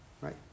Right